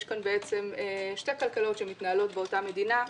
יש כאן בעצם שתי כלכלות שמתנהלות באותה מדינה,